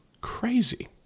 crazy